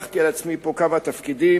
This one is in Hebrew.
לקחתי על עצמי פה כמה תפקידים,